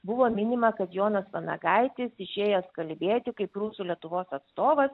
buvo minima kad jonas vanagaitis išėjęs kalbėti kaip prūsų lietuvos atstovas